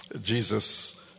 Jesus